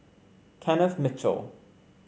Kenneth Mitchell